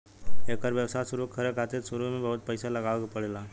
एकर व्यवसाय शुरु करे खातिर शुरू में बहुत पईसा लगावे के पड़ेला